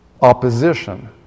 opposition